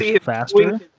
faster